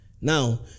Now